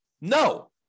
No